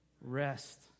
rest